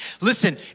Listen